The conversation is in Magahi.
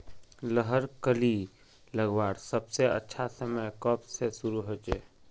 लहर कली लगवार सबसे अच्छा समय कब से शुरू होचए?